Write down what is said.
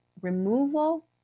removal